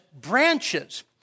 branches